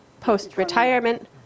Post-retirement